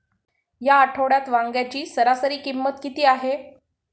या आठवड्यात वांग्याची सरासरी किंमत किती आहे?